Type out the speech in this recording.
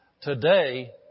today